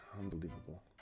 Unbelievable